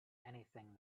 anything